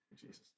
Jesus